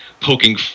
poking